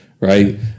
right